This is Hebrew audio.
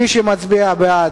מי שמצביע בעד,